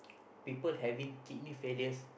people having kidney failures